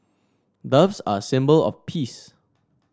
doves are a symbol of peace